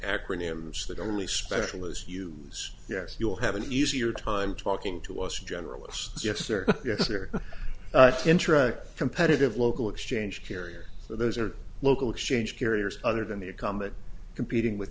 acronyms that only specialist use yes you'll have an easier time talking to us generalists yes or yes or interact competitive local exchange carriers those are local exchange carriers other than the a comet competing with